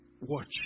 Watch